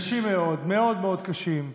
מאוד מאוד קשים,